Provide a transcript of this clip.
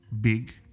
big